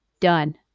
done